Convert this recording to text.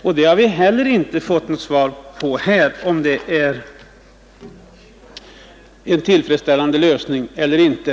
Vi har inte heller fått något svar på om det är en tillfredsställande lösning eller inte.